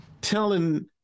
telling